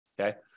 Okay